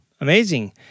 amazing